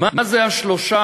מה זה ה-3.25%,